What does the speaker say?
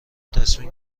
تصمیم